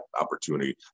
opportunity